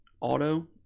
auto